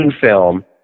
film